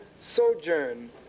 sojourn